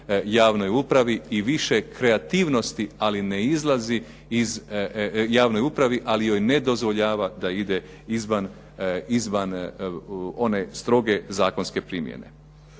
javnoj upravi i više kreativnosti, ali ne izlazi iz javne uprave, ali joj ne dozvoljava da ide izvan one stroge zakonske primjene.